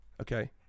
okay